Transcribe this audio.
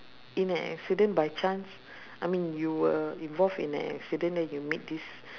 in an accident by chance I mean you were involved in an accident then you meet this